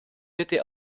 bitte